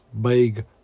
big